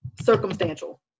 circumstantial